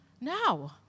No